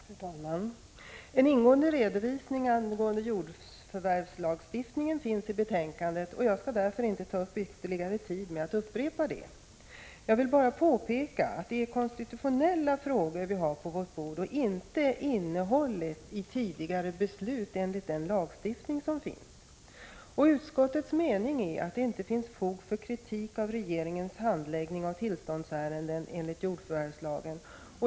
Herr talman! En ingående redovisning angående jordförvärvslagstiftningen finns i betänkandet, och jag skall därför inte ta upp tid med att upprepa vad som står där. Jag vill bara påpeka att det är konstitutionella frågor vi har på vårt bord och inte innehållet i tidigare beslut enligt den lagstiftning som gäller. Utskottets mening är att det inte finns fog för kritik mot regeringens handläggning av tillståndsärenden enligt jordförvärvslagen.